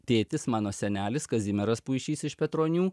tėtis mano senelis kazimieras puišys iš petronių